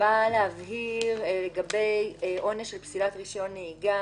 הוא בא להבהיר לגבי עונש של פסילת רישיון נהיגה